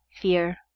fear